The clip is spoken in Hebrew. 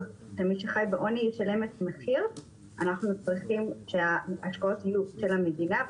שחי בעוני לא ישלם את המחיר צריך שההשקעות יהיו של המדינה,